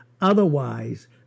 Otherwise